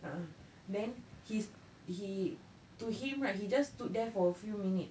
ah ah then he he to him right he just stood there for a few minutes